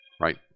Right